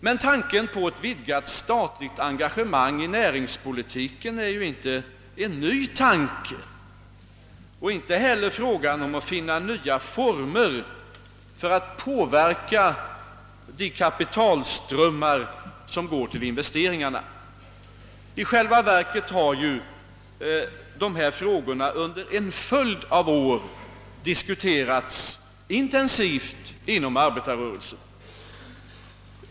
Men tanken på ett vidgat statligt engagemang i näringspolitiken är ju inte ny, och inte heller frågan om att finna nya former för att påverka de kapitalströmmar som går till investeringarna. I själva verket har ju dessa frågor under en följd av år diskuterats intensivt inom arbetarrörelsen.